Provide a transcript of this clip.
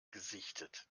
gesichtet